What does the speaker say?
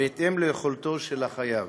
השר התורן, השר איוב קרא.